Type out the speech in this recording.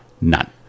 none